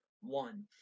one